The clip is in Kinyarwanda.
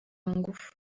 ngufu